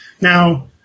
Now